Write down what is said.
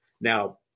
Now